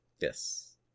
Yes